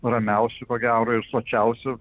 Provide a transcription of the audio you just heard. ramiausių ko gero ir sočiausių